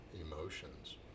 emotions